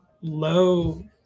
low